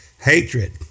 hatred